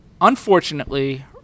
Unfortunately